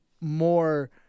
more